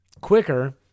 quicker